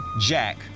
Jack